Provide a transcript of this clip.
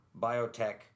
biotech